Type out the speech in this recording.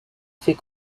fait